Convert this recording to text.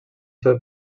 seu